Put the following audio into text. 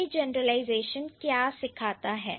तो देखते हैं यह जनरलाइजेशन क्या सिखाता है